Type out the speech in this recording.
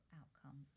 outcome